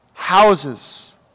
Houses